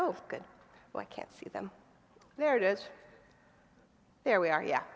oh good i can't see them there it is there we are yeah